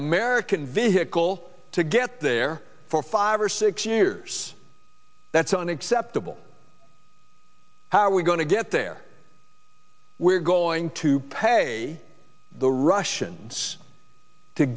american vehicle to get there for five or six years that's unacceptable how are we going to get there we're going to pay the russians to